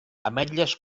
ametlles